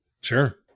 Sure